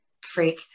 freak